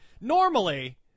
Normally